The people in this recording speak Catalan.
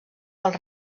pels